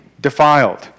defiled